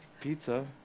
pizza